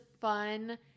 fun